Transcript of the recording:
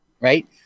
right